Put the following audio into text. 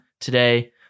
today